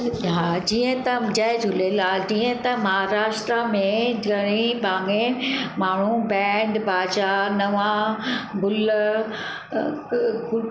हा जीअं त जय झूलेलाल जीअं त महाराष्ट्र में घणेई बांगे माण्हू बैंड बाजा नवां गुल